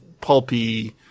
pulpy